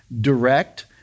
direct